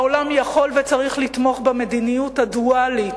העולם יכול וצריך לתמוך במדיניות הדואלית,